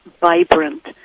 vibrant